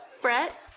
Brett